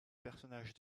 personnage